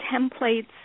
templates